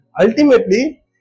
Ultimately